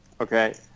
Okay